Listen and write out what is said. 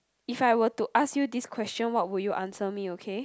if I were to ask you this question what would you answer me okay